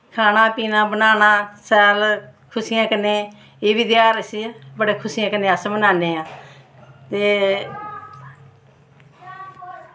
खाना पीना बनाना शैल खुशियें कन्नै एह् बी तेहार अस बड़ी खुशियें कन्नै अस मनान्ने आं ते